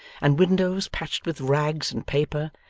and windows patched with rags and paper,